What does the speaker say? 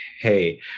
Hey